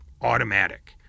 automatic